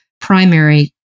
primary